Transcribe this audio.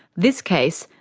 this case,